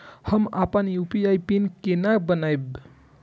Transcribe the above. हम अपन UPI pin केना बनैब?